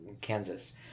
Kansas